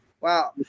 Wow